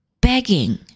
begging